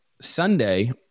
Sunday